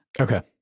Okay